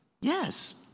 Yes